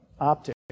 optics